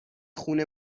خون